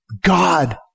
God